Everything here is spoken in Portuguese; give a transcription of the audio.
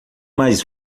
mais